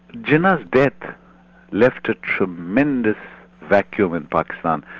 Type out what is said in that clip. jinnah's death left a tremendous vacuum in but um